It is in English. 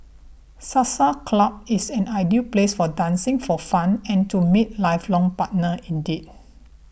salsa club is an ideal place for dancing for fun and to meet lifelong partner indeed